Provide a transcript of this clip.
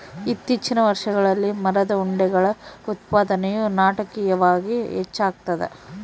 ಇತ್ತೀಚಿನ ವರ್ಷಗಳಲ್ಲಿ ಮರದ ಉಂಡೆಗಳ ಉತ್ಪಾದನೆಯು ನಾಟಕೀಯವಾಗಿ ಹೆಚ್ಚಾಗ್ತದ